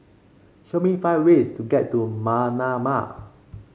show me five ways to get to Manama